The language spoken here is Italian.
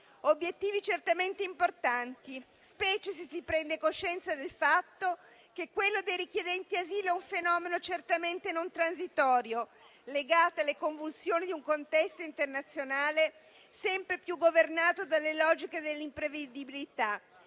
obiettivi certamente importanti, specialmente se si prende coscienza del fatto che quello dei richiedenti è un fenomeno certamente non transitorio, legato alle convulsioni di un contesto internazionale sempre più governato dalle logiche dell'imprevedibilità,